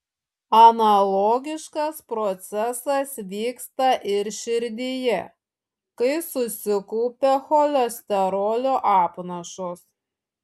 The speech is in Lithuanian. analogiškas procesas vyksta ir širdyje kai susikaupia cholesterolio apnašos